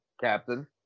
Captain